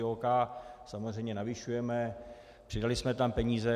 OK, samozřejmě navyšujeme, přidali jsme tam peníze.